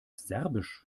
serbisch